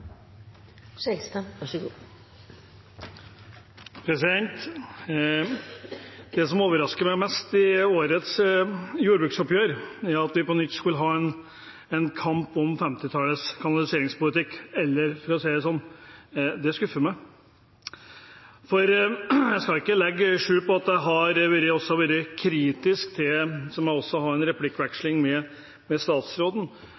at vi på nytt skulle ha en kamp om 1950-tallets kanaliseringspolitikk. Eller for å si det sånn: Det skuffer meg. Jeg skal ikke legge skjul på at jeg også har vært kritisk – så jeg må også ha en replikkordveksling med statsråden